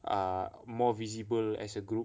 err more visible as a group